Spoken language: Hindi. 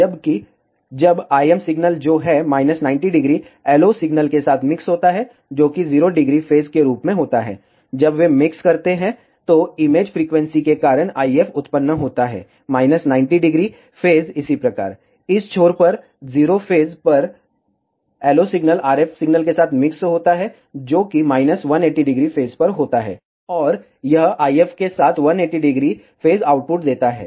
जबकि जब IM सिग्नल जो है 90° LO सिग्नल के साथ मिक्स होता है जो कि 0° फेज के रूप में होता है जब वे मिक्स करते हैं तो इमेज फ्रीक्वेंसी के कारण IF उत्पन्न होता है 90° फेज इसी प्रकार इस छोर पर 0 फेज पर LO सिग्नल RF सिग्नल के साथ मिक्स होता है जो कि 180° फेज पर होता है और यह IF के साथ 180° फेज आउटपुट देता है